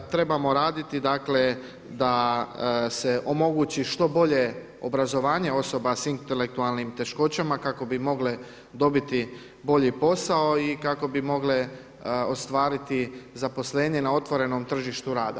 Trebamo raditi da se omogući što bolje obrazovanje osoba s intelektualnim teškoćama kako bi mogle dobiti bolji posao i kako bi mogle ostvariti zaposlenje na otvorenom tržištu rada.